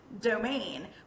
domain